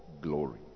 Glory